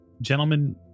Gentlemen